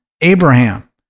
Abraham